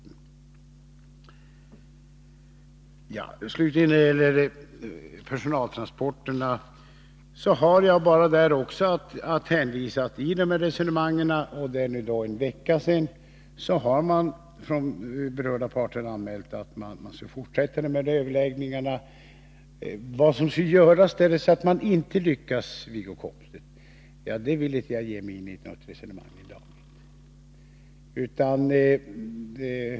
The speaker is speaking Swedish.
När det slutligen gäller personaltransporterna har jag bara att även här hänvisa till att berörda parter i de resonemang som fördes för en vecka sedan anmälde att överläggningarna skall fortsätta. Vad vi skall göra om man inte lyckas vill jag inte, Wiggo Komstedt, ge mig in i något resonemang om i dag.